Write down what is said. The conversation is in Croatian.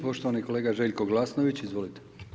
Poštovani kolega Željko Glasnović, izvolite.